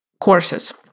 courses